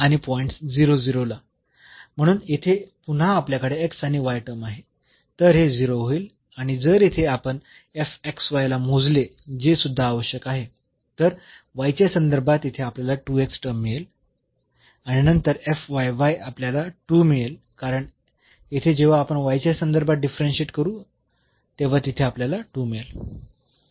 आणि पॉईंट्स ला म्हणून येथे पुन्हा आपल्याकडे आणि टर्म आहे तर हे 0 होईल आणि जर येथे आपण ला मोजले जे सुद्धा आवश्यक आहे तर y च्या संदर्भात येथे आपल्याला टर्म मिळेल आणि नंतर आपल्याला 2 मिळेल कारण येथे जेव्हा आपण च्या संदर्भात डिफरन्शियेट करू तेव्हा तिथे आपल्याला 2 मिळेल